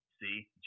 see